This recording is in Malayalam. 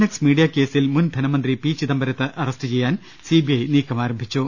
എക്സ് മീഡിയ കേസിൽ മുൻ ധനമന്ത്രി ചിദംബ രത്തെ അറസ്റ്റു ചെയ്യാൻ സിബിഐ നീക്കം ആരംഭിച്ചു